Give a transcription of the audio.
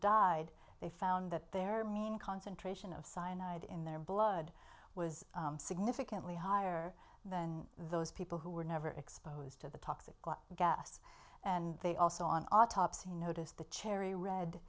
died they found that their mean concentration of cyanide in their blood was significantly higher than those people who were never exposed to the toxic gas and they also on autopsy noticed the cherry red